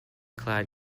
clad